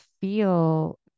feel